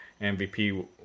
MVP